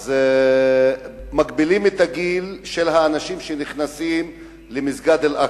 אז מגבילים את הגיל של האנשים שנכנסים למסגד אל-אקצא.